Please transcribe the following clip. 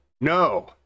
No